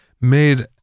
made